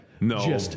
no